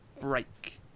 break